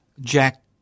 Jack